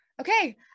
okay